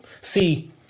See